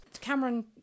Cameron